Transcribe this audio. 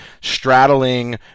straddling